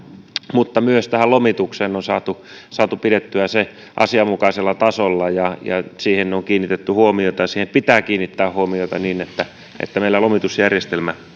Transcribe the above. mutta myös lomitus on saatu saatu pidettyä asianmukaisella tasolla ja ja siihen on kiinnitetty huomiota ja siihen pitää kiinnittää huomiota niin että meillä myöskin lomitusjärjestelmä